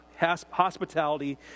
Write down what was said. Hospitality